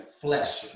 flesh